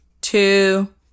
two